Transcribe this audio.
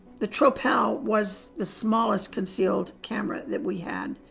the tropel was the smallest concealed camera that we had.